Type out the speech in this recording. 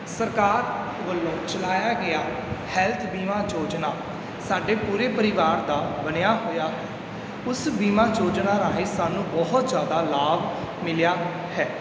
ਸਰਕਾਰ ਵੱਲੋਂ ਚਲਾਇਆ ਗਿਆ ਹੈਲਥ ਬੀਮਾ ਯੋਜਨਾ ਸਾਡੇ ਪੂਰੇ ਪਰਿਵਾਰ ਦਾ ਬਣਿਆ ਹੋਇਆ ਉਸ ਬੀਮਾ ਯੋਜਨਾ ਰਾਹੀਂ ਸਾਨੂੰ ਬਹੁਤ ਜ਼ਿਆਦਾ ਲਾਭ ਮਿਲਿਆ ਹੈ